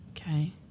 Okay